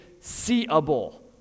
seeable